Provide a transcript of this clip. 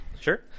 Sure